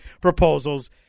proposals